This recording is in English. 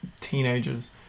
teenagers